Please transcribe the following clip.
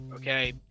Okay